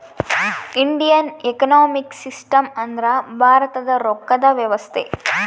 Indian economic system ಅಂದ್ರ ಭಾರತದ ರೊಕ್ಕದ ವ್ಯವಸ್ತೆ